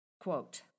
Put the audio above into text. Quote